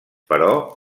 però